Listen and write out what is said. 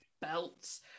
belts